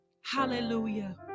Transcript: hallelujah